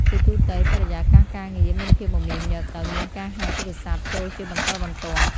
ជាទូទៅ បរិយាកាសការងារមានភាពមមាញឹក ដោយមានការហៅទូរស័ព្ទចូលជាបន្តបន្ទាប់។